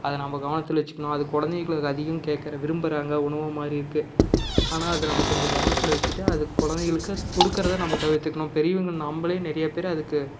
அதை நாம் கவனத்தில் வச்சுக்கணும் அது குழந்தைகளுக்கு அதிகம் கேட்குற விரும்புகிறாங்க உணவு மாதிரி இருக்குது ஆனால் அது நம்ம கொஞ்சம் கவனத்தில் வச்சிட்டு அது குழந்தைகளுக்கு கொடுக்கறத நம்ம தவிர்த்துக்கணும் பெரியவங்க நாம்மளே நிறையா பேர் அதுக்கு